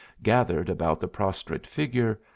gathered about the prostrate figure,